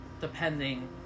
depending